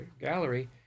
gallery